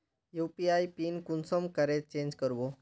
UPI PIN कुंसम करे change करबो?